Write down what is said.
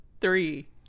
Three